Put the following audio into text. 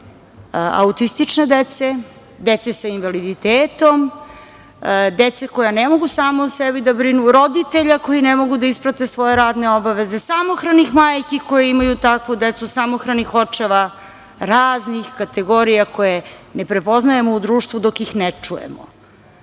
autistične dece, dece sa invaliditetom, dece koja ne mogu sama o sebi da brinu, roditelja koji ne mogu da isprate svoje radne obaveze, samohranih majki koje imaju takvu decu, samohranih očeva, raznih kategorija koje ne prepoznajemo u društvu dok ih ne čujemo.